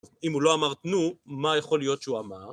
אם הוא לא אמר תנו, מה יכול להיות שהוא אמר?